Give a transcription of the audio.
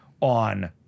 on